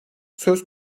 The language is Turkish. söz